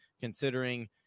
considering